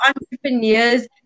entrepreneurs